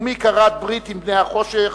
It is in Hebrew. ומי כרת ברית עם בני החושך,